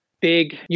Big